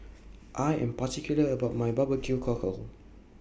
I Am particular about My Barbecue Cockle